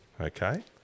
Okay